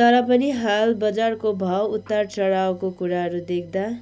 तर पनि हाल बजारको भाउ उतार चढाउको कुराहरू देख्दा